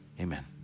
amen